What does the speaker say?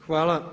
Hvala.